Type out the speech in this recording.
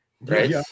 Right